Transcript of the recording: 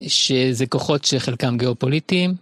שזה כוחות שחלקם גיאופוליטיים.